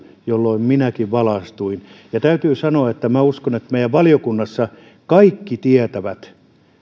jolloin minäkin valaistuin täytyy sanoa että minä uskon että meidän valiokunnassamme kaikki tietävät